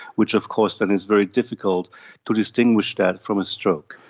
which of course then it's very difficult to distinguish that from a stroke.